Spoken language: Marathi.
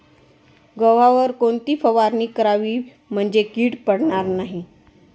गव्हावर कोणती फवारणी करावी म्हणजे कीड पडणार नाही?